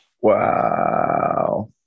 Wow